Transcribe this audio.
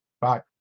Bye